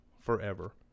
forever